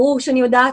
ברור שאני יודעת.